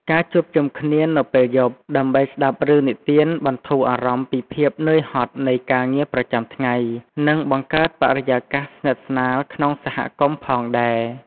ការជួបជុំគ្នានៅពេលយប់ ដើម្បីស្ដាប់រឿងនិទានបន្ធូរអារម្មណ៍ពីភាពនឿយហត់នៃការងារប្រចាំថ្ងៃ និងបង្កើតបរិយាកាសស្និទ្ធស្នាលក្នុងសហគមន៍ផងដែរ ។